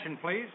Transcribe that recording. please